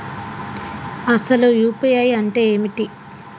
అసలు యూ.పీ.ఐ అంటే ఏమిటి?